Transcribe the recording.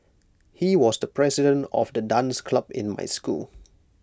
he was the president of the dance club in my school